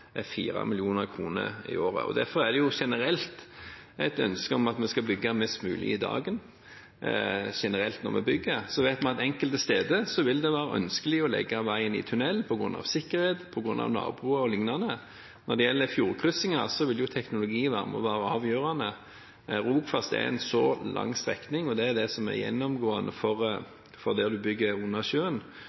i året. Derfor er det generelt et ønske om at vi skal bygge mest mulig i dagen når vi bygger. Men vi vet at enkelte steder vil det være ønskelig å legge veien i tunnel på grunn av sikkerhet, på grunn av naboer, o.l. Når det gjelder fjordkryssinger, vil teknologi være med og avgjøre. Rogfast er en lang strekning, og det som er gjennomgående når en bygger under sjøen, er at det er lange strekninger der